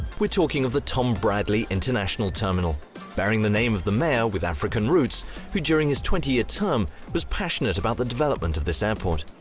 we're talking of the tom bradley international terminal bearing the name of the mayor with african roots who during his twenty year term was passionate about the development of this airport.